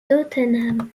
tottenham